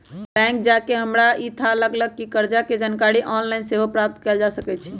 bank जा कऽ हमरा इ थाह लागल कि कर्जा के जानकारी ऑनलाइन सेहो प्राप्त कएल जा सकै छै